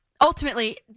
ultimately